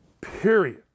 Period